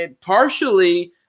partially